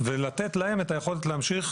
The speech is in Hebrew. ולתת להם את היכולת להמשיך,